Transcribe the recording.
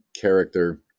character